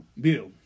Bill